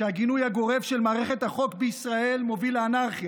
שהגינוי הגורף של מערכת החוק בישראל מוביל לאנרכיה.